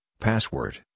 password